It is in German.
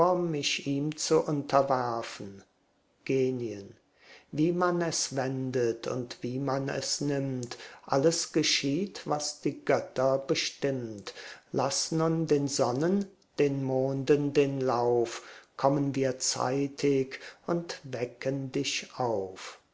zu unterwerfen genien wie man es wendet und wie man es nimmt alles geschieht was die götter bestimmt laß nur den sonnen den monden den lauf kommen wir zeitig und wecken dich auf